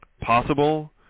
possible